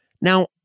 Now